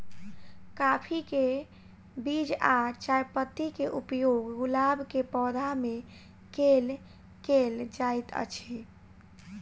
काफी केँ बीज आ चायपत्ती केँ उपयोग गुलाब केँ पौधा मे केल केल जाइत अछि?